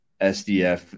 SDF